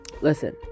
listen